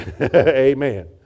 Amen